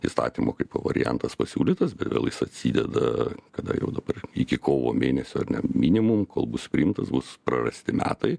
įstatymo kaipo variantas pasiūlytas be vėl jis atsideda kada jau dabar iki kovo mėnesio ar ne minimum kol bus priimtas bus prarasti metai